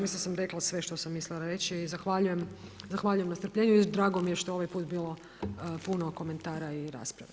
Mislim da sam rekla sve što sam mislila reći i zahvaljujem na strpljenju i drago mi je što je ovaj put bilo puno komentara i rasprava.